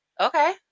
Okay